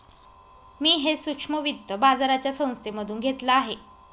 मी हे सूक्ष्म वित्त बाजाराच्या संस्थेमधून घेतलं आहे